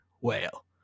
whale